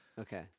Okay